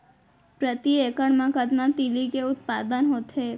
प्रति एकड़ मा कतना तिलि के उत्पादन होथे?